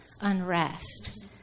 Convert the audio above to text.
unrest